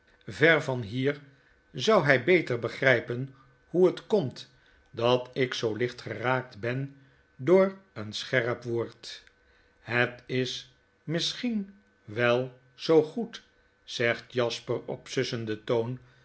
ver van hier zou hy beter begrypen hoe het komt dat ik zoo licht geraakt ben door een scherp woord het is misschien wel zoo goed zegt jasper op sussenden toon